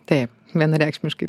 taip vienareikšmiškai